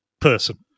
person